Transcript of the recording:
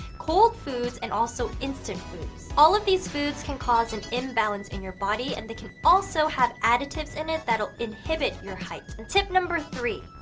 cold foods, and also instant foods. all of these foods can cause an imbalance in your body and they can also have additives in it that will inhibit your height. tip number three.